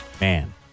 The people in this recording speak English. man